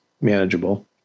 manageable